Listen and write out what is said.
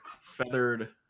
feathered